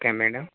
okay madam